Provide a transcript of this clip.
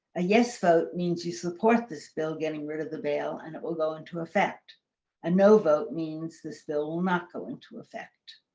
a yes vote means you support this bill. getting rid of the bail and it will go into effect and no vote means this bill will not go into effect.